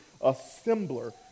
assembler